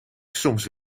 soms